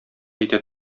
әйтә